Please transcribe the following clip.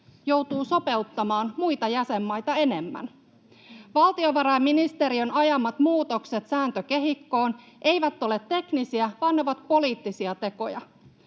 joutuu sopeuttamaan muita jäsenmaita enemmän. Valtiovarainministeriön ajamat muutokset sääntökehikkoon eivät ole teknisiä, vaan ne ovat poliittisia tekoja.